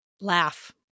laugh